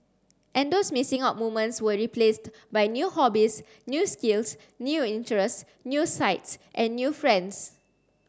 and those missing out moments were replaced by new hobbies new skills new interests new sights and new friends